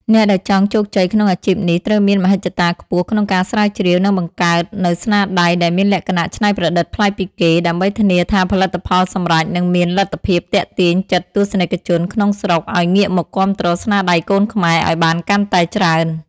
អ្នកដែលចង់ជោគជ័យក្នុងអាជីពនេះត្រូវមានមហិច្ឆតាខ្ពស់ក្នុងការស្រាវជ្រាវ និងបង្កើតនូវស្នាដៃដែលមានលក្ខណៈច្នៃប្រឌិតប្លែកពីគេ ដើម្បីធានាថាផលិតផលសម្រេចនឹងមានលទ្ធភាពទាក់ទាញចិត្តទស្សនិកជនក្នុងស្រុកឱ្យងាកមកគាំទ្រស្នាដៃកូនខ្មែរឱ្យបានកាន់តែច្រើន។